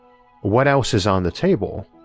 what else is on the table?